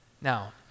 now